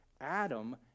Adam